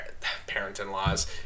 parent-in-laws